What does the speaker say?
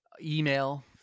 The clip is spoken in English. Email